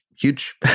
huge